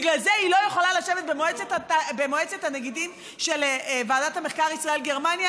ובגלל זה היא לא יכולה לשבת במועצת הנגידים של ועדת המחקר ישראל-גרמניה?